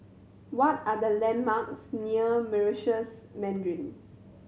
what are the landmarks near Meritus Mandarin